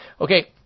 Okay